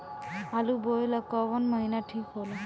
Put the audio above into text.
आलू बोए ला कवन महीना ठीक हो ला?